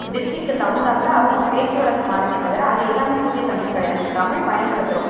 டிஸ்ட்ரிக்கு தகுந்தாப்பில அவங்கவுங்க பேச்சு வழக்கு மாறுமே தவிர அது எல்லாமே தூய தமிழ் கிடையாது நம்ம தமிழ் பயன்படுத்துகிறோம்